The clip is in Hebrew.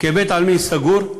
כבית-עלמין סגור,